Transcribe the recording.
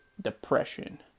depression